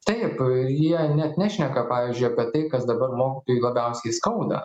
taip ir jie net nešneka pavyzdžiui apie tai kas dabar mokytojui labiausiai skauda